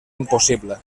impossible